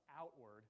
outward